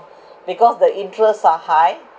because the interest are high